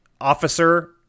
Officer